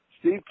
Steve